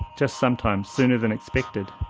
just sometimes sooner than expected.